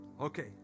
Okay